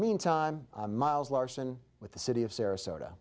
mean time miles larson with the city of sarasota